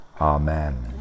Amen